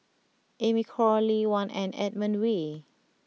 Amy Khor Lee Wen and Edmund Wee